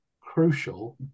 crucial